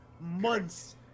months